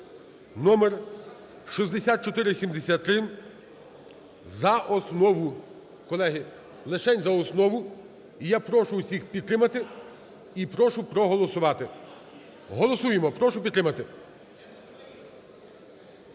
(№6473) за основу, колеги, лишень за основу. І я прошу усіх підтримати і прошу проголосувати. Голосуємо, прошу підтримати.